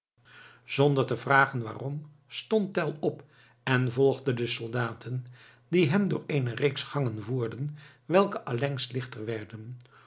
zonder te vragen waarom stond tell op en volgde de soldaten die hem door eene reeks gangen voerden welke allengs lichter werden